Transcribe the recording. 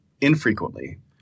infrequently